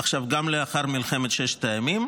לאחר מלחמת ששת הימים.